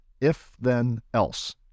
if-then-else